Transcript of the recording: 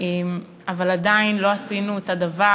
אבל עדיין לא עשינו את הדבר